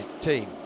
team